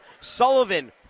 Sullivan